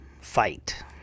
fight